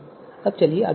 अब चलिए आगे बढ़ते हैं